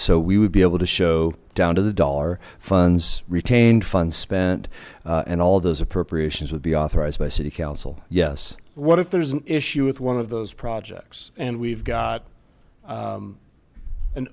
so we would be able to show down to the dollar funds retained funds spent and all those appropriations would be authorized by city council yes what if there's an issue with one of those projects and we've got